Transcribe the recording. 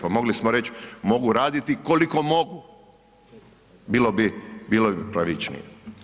Pa mogli smo reći mogu raditi koliko mogu, bilo bi pravičnije.